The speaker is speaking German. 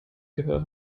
gehör